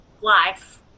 life